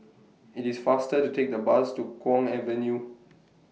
IT IS faster to Take The Bus to Kwong Avenue